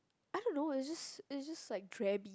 I don't know is just is just like drabby